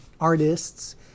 artists